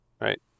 Right